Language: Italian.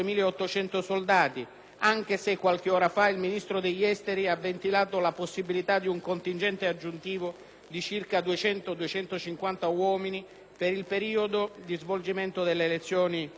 anche se, qualche ora fa, il Ministro degli esteri ha ventilato la possibilità di un contingente aggiuntivo di circa 200-250 uomini per il periodo di svolgimento delle elezioni presidenziali.